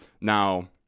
Now